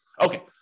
Okay